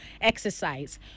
exercise